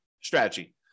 strategy